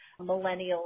millennials